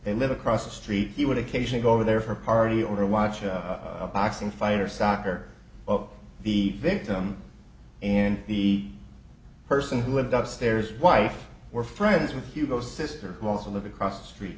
they live across the street he would occasionally go over there for a party or a watch or a boxing fight or soccer the victim and the person who lived up stairs wife were friends with hugo sr who also lived across the street